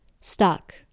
Stuck